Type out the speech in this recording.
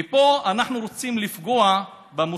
ופה אנחנו רוצים לפגוע במוסדות,